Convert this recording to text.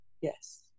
yes